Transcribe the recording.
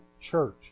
church